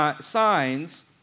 signs